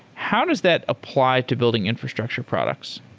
how does that apply to building infrastructure products?